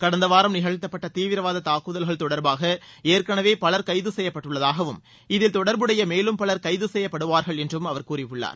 கடந்த வாரம் நிகழ்த்தப்பட்ட தீவிரவாத தாக்குதல்கள் தொடர்பாக ஏற்கனவே பலர் கைது செய்யப்பட்டுள்ளதாகவும் இதில் தொடர்புடைய மேலும் பவர் கைது செய்யப்படுவார்கள் என்றும் அவர் கூறியுள்ளார்